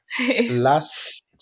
Last